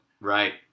Right